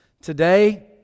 Today